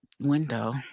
window